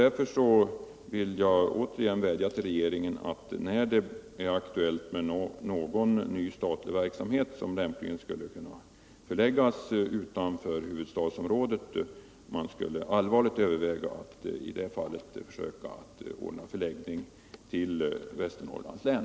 Därför vill jag återigen vädja till regeringen att den, när det är aktuellt med någon ny statlig verksamhet som lämpligen skulle kunna läggas utanför huvudstadsområdet, allvarligt överväger att ordna förläggning till Västernorrlands län.